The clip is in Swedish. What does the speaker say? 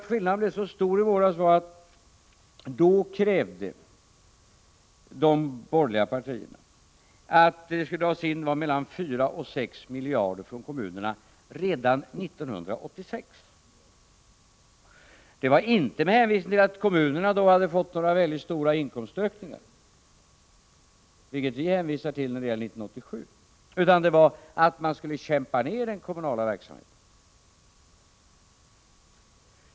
Skillnaden blev så stor i våras, därför att de borgerliga partierna krävde att mellan 4 och 6 miljarder kronor skulle dras in från kommunerna redan 1986. Detta skedde inte med hänvisning till att kommunerna skulle ha fått väldigt stora inkomstökningar — något som vi för vår del hänvisar till när det gäller 1987 — utan skälet var att man skulle så att säga kämpa ner den kommunala verksamheten.